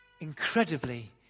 incredibly